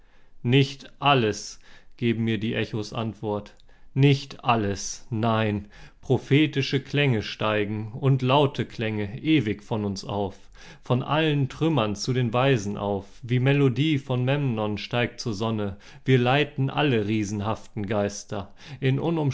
nicht alles geben mir die echos antwort nicht alles nein prophetische klänge steigen und laute klänge ewig von uns auf von allen trümmern zu den weisen auf wie melodie von memnon steigt zur sonne wir leiten alle riesenhaften geister in